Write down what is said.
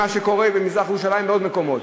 עם מה שקורה במזרח-ירושלים ובעוד מקומות.